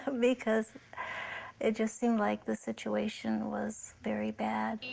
because it just seemed like the situation was very bad.